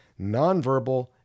nonverbal